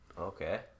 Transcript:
Okay